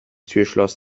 türschloss